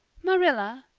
marilla,